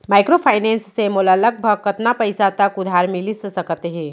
Microfinance से मोला लगभग कतना पइसा तक उधार मिलिस सकत हे?